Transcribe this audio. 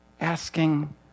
Asking